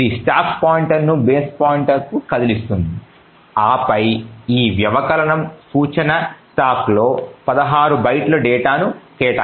ఇది స్టాక్ పాయింటర్ను బేస్ పాయింటర్కు కదిలిస్తుంది ఆపై ఈ వ్యవకలనం సూచన స్టాక్లో 16 బైట్ల డేటాను కేటాయిస్తుంది